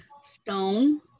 stone